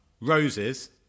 Rose's